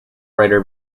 writer